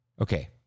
Okay